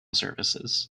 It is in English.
services